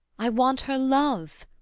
i want her love.